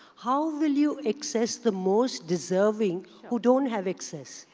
how will you access the most deserving who don't have access?